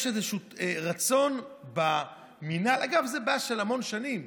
יש איזה רצון במינהל, אגב, זו בעיה של המון שנים,